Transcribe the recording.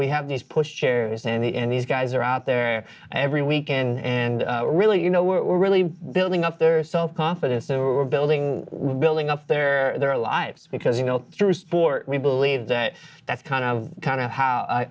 we have these push chairs and these guys are out there every weekend and really you know we're really building up their self confidence and we're building building up their their lives because you know through sport we believe that that kind of kind of how